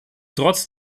trotz